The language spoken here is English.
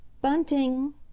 Bunting